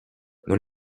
non